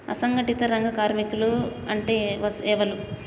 అసంఘటిత రంగ కార్మికులు అంటే ఎవలూ?